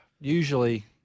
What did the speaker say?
usually